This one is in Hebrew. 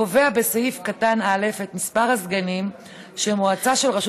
קובע בסעיף קטן (א) את מספר הסגנים שמועצה של רשות